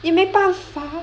你没办法